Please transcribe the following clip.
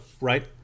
right